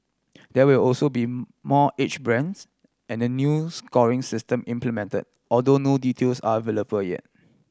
there will also be more age brands and a new scoring system implemented although no details are available for yet